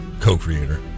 co-creator